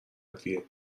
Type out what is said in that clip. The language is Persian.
ادویه